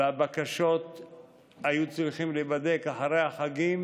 והבקשות היו צריכות להיבדק אחרי החגים,